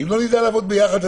אם לא נדע לעבוד ביחד,